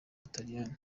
butaliyani